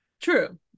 true